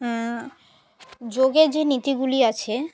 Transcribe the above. যোগের যে নীতিগুলি আছে